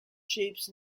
shapes